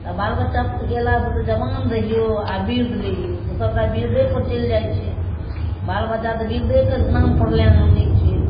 आओर बाल बच्चापर गेलासँ तऽ जवान रहिऔ आओर वृद्ध रहिऔ सबटा वृद्धेपर चलि जाइ छै बाल बच्चा तऽ वृद्धेके नामपर लऽ आनै छै